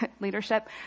leadership